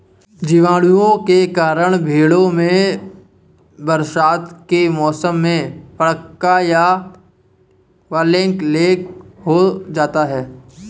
जीवाणुओं के कारण भेंड़ों में बरसात के मौसम में फड़का या ब्लैक लैग हो जाता है